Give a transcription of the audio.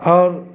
और